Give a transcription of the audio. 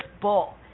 bull